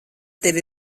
tevi